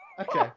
Okay